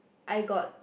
I got